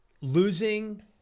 losing